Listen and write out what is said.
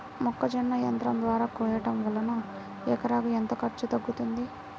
మొక్కజొన్న యంత్రం ద్వారా కోయటం వలన ఎకరాకు ఎంత ఖర్చు తగ్గుతుంది?